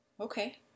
Okay